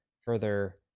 further